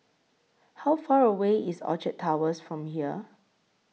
How Far away IS Orchard Towers from here